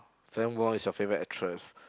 Fann-Wong is your favourite actress